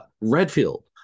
Redfield